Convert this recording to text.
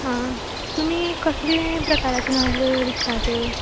हां तुमी कसले प्रकाराचे नाल्ल विकतात